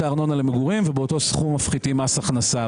הארנונה למגורים ובאותו סכום מפחיתים מס הכנסה.